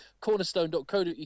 Cornerstone.co.uk